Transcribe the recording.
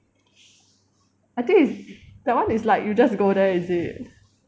I think is that [one] is like you just go there is it